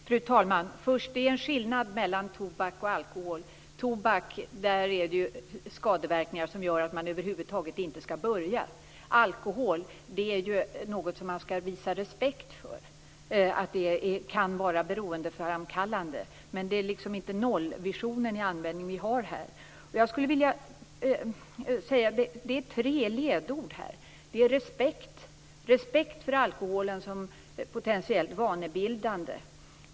Fru talman! Först vill jag säga att det finns en skillnad mellan tobak och alkohol. Tobakens skadeverkningar gör att man över huvud taget inte skall börja att röka. Alkohol är något som man skall visa respekt för. Det kan vara beroendeframkallande, men det finns ingen nollvision i samband med användningen av alkohol. Det finns tre ledord i det här sammanhanget. Det första ledordet är respekt. Man skall ha respekt för alkoholen som potentiellt vanebildande.